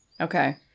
Okay